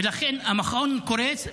ולכן המכון קורס.